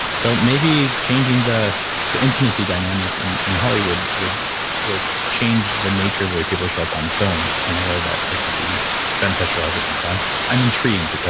so maybe changing the the intimacy dynamic in in hollywood would would change the nature of the way people show up on film in a way that that could be beneficial to everyone. so i'm i'm intrigued.